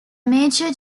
major